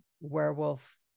werewolf